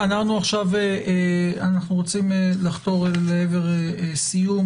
אנחנו עכשיו רוצים לחתור לעבר סיום,